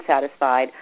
satisfied